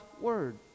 Word